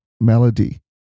Melody